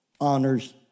honors